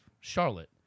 Charlotte